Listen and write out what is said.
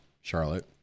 Charlotte